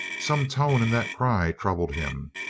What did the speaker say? some tone in that cry troubled him.